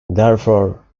therefore